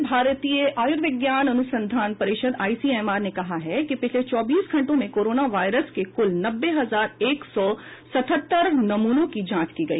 अखिल भारतीय आयुर्विज्ञान अनुसंधान परिषद आईसीएमआर ने कहा हैकि पिछले चौबीस घंटों में कोरोना वायरस के कुल नब्बे हजार एक सौ सत्तर नमूनों की जांच की गई